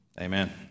Amen